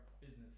business